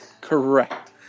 Correct